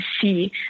see